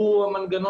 הוא טוב?